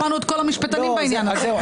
שמענו את כל המשפטנים בעניין הזה.